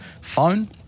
phone